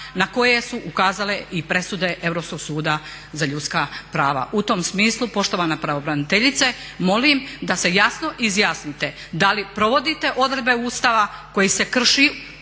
na koje su ukazale i presude Europskog suda za ljudska prava. U tom smislu poštovana pravobraniteljice molim da se jasno izjasnite da li provodite odredbe Ustava koji se krši.